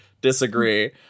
disagree